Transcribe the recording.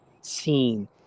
seen